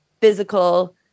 physical